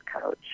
Coach